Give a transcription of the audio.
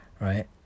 right